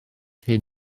hyn